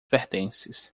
pertences